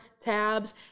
tabs